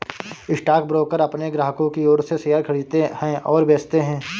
stockbroker अपने ग्राहकों की ओर से शेयर खरीदते हैं और बेचते हैं